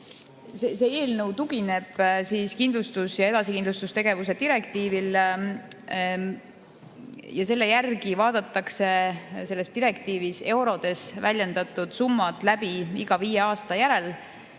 See eelnõu tugineb kindlustus- ja edasikindlustustegevuse direktiivile. Selle järgi vaadatakse selles direktiivis eurodes väljendatud summad läbi iga viie aasta järel